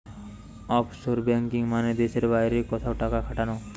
offshore banking মানে দেশের বাইরে কোথাও টাকা খাটানো